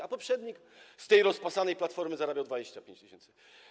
A poprzednik z tej rozpasanej Platformy zarabiał 25 tys.